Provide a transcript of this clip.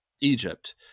Egypt